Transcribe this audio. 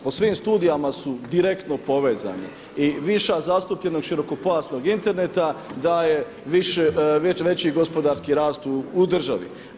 Po svim studijama su direktno povezani i viša zastupljenost širokopojasnog interneta daje veći gospodarski rast u državi.